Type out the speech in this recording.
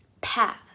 path